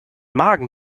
magen